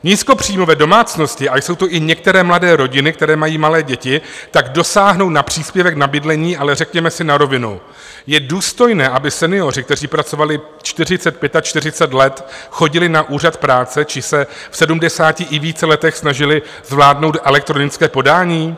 Nízkopříjmové domácnosti, a jsou to i některé mladé rodiny, které mají malé děti, tak dosáhnou na příspěvek na bydlení, ale řekněme si na rovinu: je důstojné, aby senioři, kteří pracovali 43, 45 let, chodili na úřad práce či se v sedmdesáti i více letech snažili zvládnout elektronické podání?